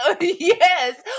Yes